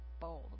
bold